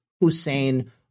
Hussein